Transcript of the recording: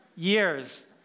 years